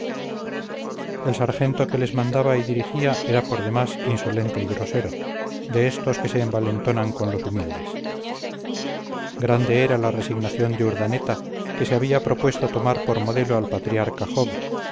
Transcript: el sargento que les mandaba y dirigía era por demás insolente y grosero de estos que se envalentonan con los humildes grande era la resignación de urdaneta que se había propuesto tomar por modelo al patriarca